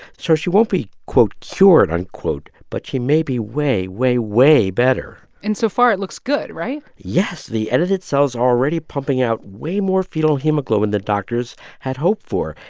so she won't be, quote, cured, unquote, but she may be way, way, way better and so far, it looks good, right? yes. the edited cells are already pumping out way more fetal hemoglobin than doctors had hoped for.